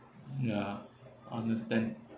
ya understand